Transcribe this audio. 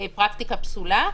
אבל הוא אמר שזאת פרקטיקה פסולה,